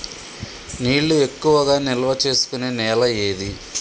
నీళ్లు ఎక్కువగా నిల్వ చేసుకునే నేల ఏది?